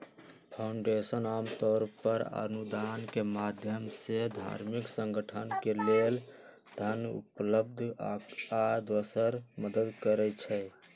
foundation आमतौर पर अनुदान के माधयम से धार्मिक संगठन के लेल धन उपलब्ध आ दोसर मदद करई छई